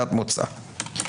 כנקודת מוצא.